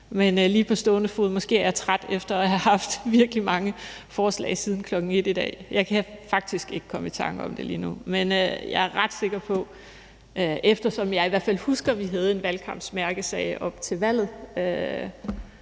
men lige på stående fod er jeg måske træt efter at have haft virkelig mange forslag siden kl. 13 i dag. Jeg kan faktisk ikke komme i tanker om det lige nu. Men jeg er ret sikker på, eftersom jeg i hvert fald husker, at vi havde en valgkampsmærkesag op til valget,